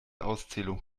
auszählung